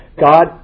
God